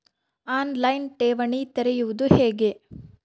On line ಠೇವಣಿ ತೆರೆಯುವುದು ಹೇಗೆ?